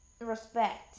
respect